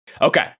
Okay